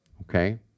Okay